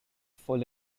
full